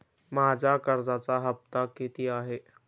माझा कर्जाचा हफ्ता किती आहे?